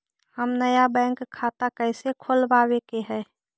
हम नया बैंक खाता कैसे खोलबाबे के है?